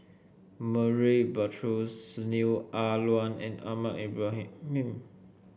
Murray Buttrose Neo Ah Luan and Ahmad Ibrahim